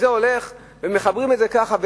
זה הולך ומחברים את זה ככה,